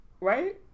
right